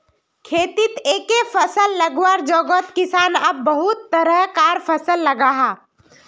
खेतित एके फसल लगवार जोगोत किसान अब बहुत तरह कार फसल लगाहा